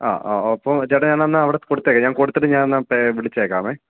ആ ആ ഓ അപ്പം ചേട്ടാ ഞാൻ എന്നാൽ അവിടെ കൊടുത്തേക്കാം ഞാൻ കൊടുത്തിട്ട് ഞാൻ എന്നാൽ വിളിച്ചേക്കാമേ